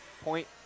Point